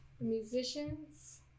musicians